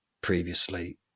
previously